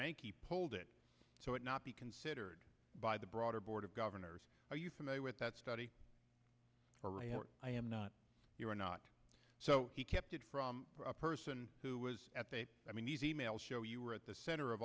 he pulled it so it not be considered by the broader board of governors are you familiar with that study i am not you are not so he kept it from a person who was i mean these e mails show you were at the center of